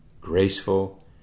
graceful